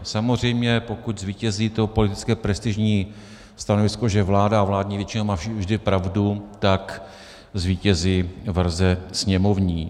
Samozřejmě pokud zvítězí to politické prestižní stanovisko, že vláda a vládní většina má vždy pravdu, tak zvítězí verze sněmovní.